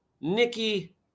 Nikki